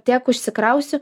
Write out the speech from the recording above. tiek užsikrausiu